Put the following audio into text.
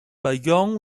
beyond